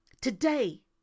today